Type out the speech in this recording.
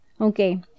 okay